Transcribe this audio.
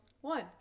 one